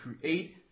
create